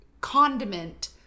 condiment